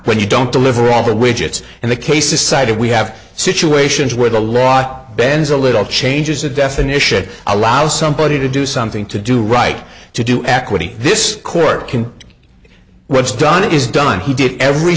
when you don't deliver all the widgets and the cases cited we have situations where the lot bends a little changes the definition allow somebody to do something to do right to do equity this court can what's done is done he did every